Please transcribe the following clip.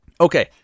Okay